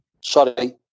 sorry